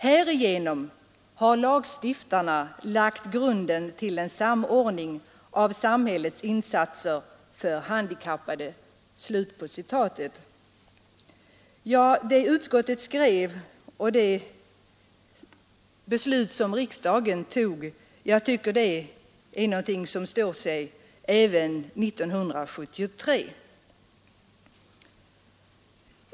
Härigenom har lagstiftarna lagt grunden till en samordning av samhällets insatser för handikappade.” Jag tycker att detta uttalande av andra lagutskottet och det beslut som riksdagen fattade år 1970 är någonting som står sig även 1973.